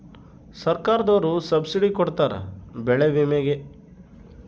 ಸರ್ಕಾರ್ದೊರು ಸಬ್ಸಿಡಿ ಕೊಡ್ತಾರ ಬೆಳೆ ವಿಮೆ ಗೇ